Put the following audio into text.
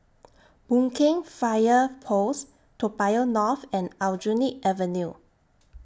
Boon Keng Fire Post Toa Payoh North and Aljunied Avenue